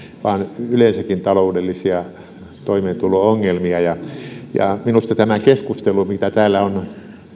vaan yleensäkin taloudellisia toimeentulo ongelmia minusta tämä keskustelu mitä täällä on